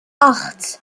acht